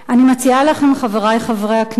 אני מציעה לכם, חברי חברי הכנסת,